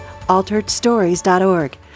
alteredstories.org